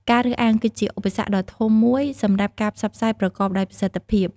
ការរើសអើង គឺជាឧបសគ្គដ៏ធំមួយសម្រាប់ការផ្សព្វផ្សាយប្រកបដោយប្រសិទ្ធភាព។